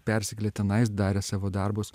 persikėlė tenais darė savo darbus